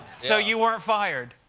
so you weren't fired.